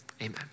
Amen